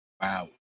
Wow